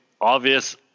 obvious